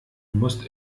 musst